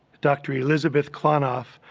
dr. elizabeth klonoff,